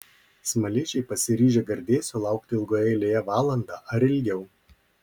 smaližiai pasiryžę gardėsio laukti ilgoje eilėje valandą ar ilgiau